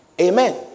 Amen